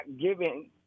giving